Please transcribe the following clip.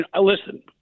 listen